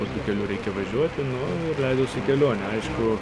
kokiu keliu reikia važiuoti nu ir leidausi į kelionę aišku